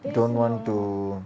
you don't want to